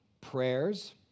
prayers